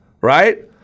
right